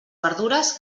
verdures